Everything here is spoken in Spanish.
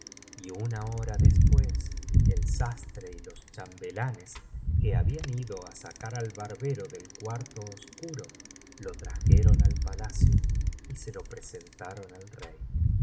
y una hora después el sastre y los chambelanes que habían ido á sacar al barbero del cuarto oscuro lo trajeron al palacio y se lo presentaron al rey